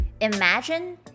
Imagine